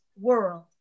world